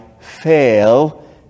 fail